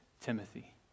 Timothy